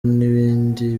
n’ibindi